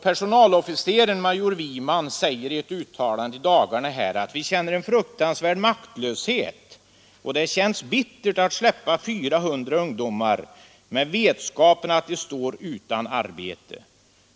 Personalofficeren major Wiman säger i ett uttalande i dagarna följande: ”Vi känner en fruktansvärd maktlöshet, och det känns bittert att släppa 400 ungdomar med vetskapen att de står utan arbete ———.